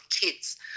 kids